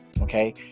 Okay